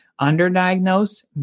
underdiagnosed